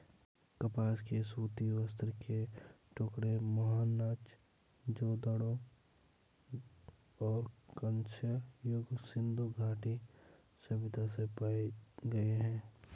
कपास के सूती वस्त्र के टुकड़े मोहनजोदड़ो और कांस्य युग सिंधु घाटी सभ्यता से पाए गए है